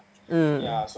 mm